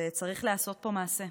וצריך לעשות פה מעשה.